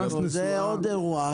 זה עוד אירוע.